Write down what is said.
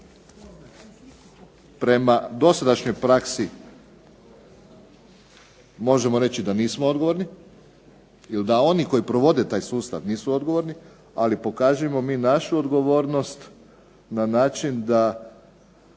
prema dosadašnjoj praksi. Možemo reći da nismo odgovorni. Jer da oni koji provode taj sustav nisu odgovorni. Ali pokažimo mi našu odgovornost na način da